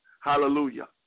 Hallelujah